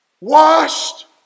Washed